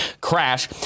crash